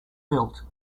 built